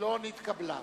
לא נתקבלה.